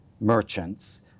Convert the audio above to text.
merchants